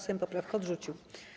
Sejm poprawkę odrzucił.